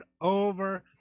over